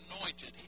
anointed